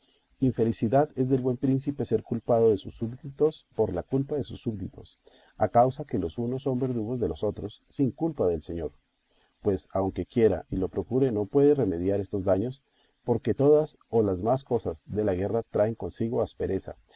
infelicidad es del buen príncipe ser culpado de sus súbditos por la culpa de sus súbditos a causa que los unos son verdugos de los otros sin culpa del señor pues aunque quiera y lo procure no puede remediar estos daños porque todas o las más cosas de la guerra traen consigo aspereza